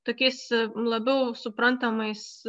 tokiais labiau suprantamais